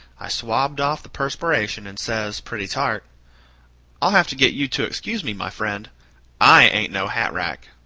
i swabbed off the perspiration and says, pretty tart i'll have to get you to excuse me, my friend i ain't no hat rack.